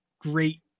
great